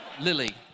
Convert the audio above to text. Lily